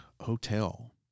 Hotel